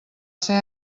ser